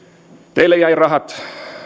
teille jäi rahat